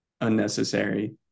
unnecessary